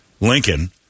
Lincoln